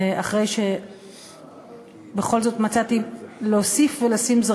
אחרי שבכל זאת מצאתי להוסיף ולשים שוב